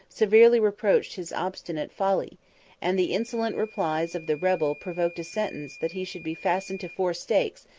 severely reproached his obstinate folly and the insolent replies of the rebel provoked a sentence, that he should be fastened to four stakes,